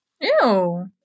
Ew